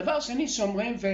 דבר שני שאומרים,